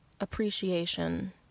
appreciation